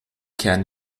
kern